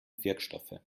wirkstoffe